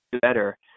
better